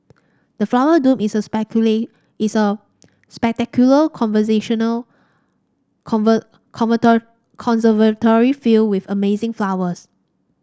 the Flower Dome is a is a spectacular conservatory filled with amazing flowers